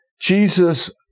Jesus